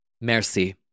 Merci